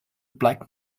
black